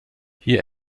hier